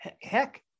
heck